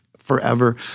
forever